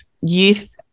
youth